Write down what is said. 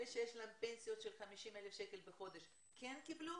אלה שיש להם פנסיות של 50,000 שקל בחודש כן קיבלו